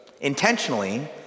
intentionally